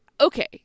Okay